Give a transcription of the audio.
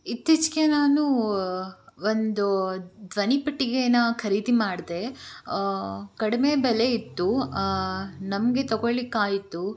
ಇತ್ತೀಚೆಗೆ ನಾನು ಒಂದು ಧ್ವನಿಪೆಟ್ಟಿಗೇನ ಖರೀದಿ ಮಾಡಿದೆ ಕಡಿಮೆ ಬೆಲೆ ಇತ್ತು ನಮಗೆ ತೊಗೊಳ್ಳಿಕಾಯಿತು